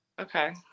Okay